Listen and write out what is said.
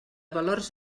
valors